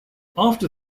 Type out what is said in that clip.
after